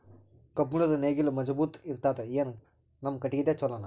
ಕಬ್ಬುಣದ್ ನೇಗಿಲ್ ಮಜಬೂತ ಇರತದಾ, ಏನ ನಮ್ಮ ಕಟಗಿದೇ ಚಲೋನಾ?